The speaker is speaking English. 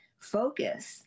focus